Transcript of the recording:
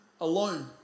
alone